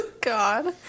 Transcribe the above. God